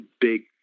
big